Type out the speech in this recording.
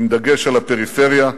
עם דגש על הפריפריה,